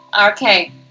okay